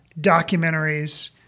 documentaries